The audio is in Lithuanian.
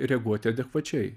reaguoti adekvačiai